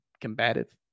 combative